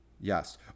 Yes